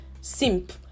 simp